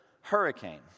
hurricane